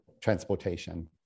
transportation